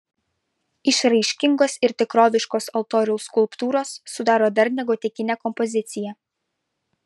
išraiškingos ir tikroviškos altoriaus skulptūros sudaro darnią gotikinę kompoziciją